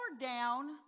down